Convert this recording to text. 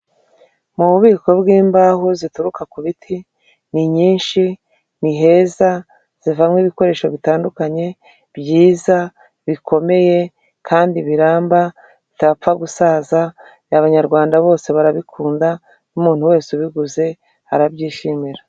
Mu bubiko bw'imbaho zituruka ku biti ni nyinshi niheza, zivamo ibikoresho bitandukanye, byiza bikomeye kandi biramba bitapfa gusaza, abanyarwanda bose barabikunda n'umuntu wese ubiguze arabyishimira.